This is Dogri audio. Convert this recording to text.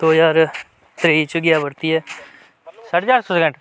दो ज्हार त्रेई च गेआ परतियै साड्डे चार सौ